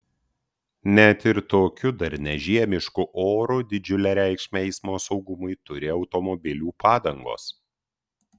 net ir tokiu dar ne žiemišku oru didžiulę reikšmę eismo saugumui turi automobilių padangos